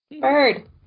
Bird